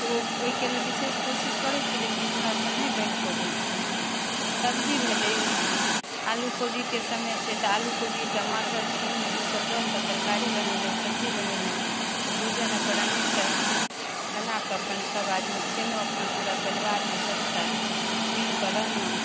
तऽ ओ ओइके लेल विशेष कोशिश करै छी लेकिन हमरासँ नहि बनि पबै छै सब्जी भेलै यूजमे आलू कोबीके समय छै तऽ आलू कोबी टमाटर छिम्मी ई सभ दऽ कऽ तरकारी बनेलहुँ सब्जी बनेलहुँ भोजन अपन अनेक तरहके बनाके अपन सभ आदमी खेलहुँ अपना पूरा परिवारमे सभगोटा मिलकऽ रहलहुँ